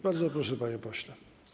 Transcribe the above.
Bardzo proszę, panie pośle.